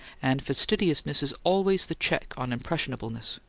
and fastidiousness is always the check on impressionableness.